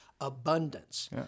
abundance